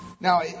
Now